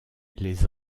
les